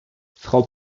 frau